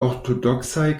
ortodoksaj